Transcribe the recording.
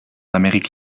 amérique